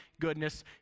goodness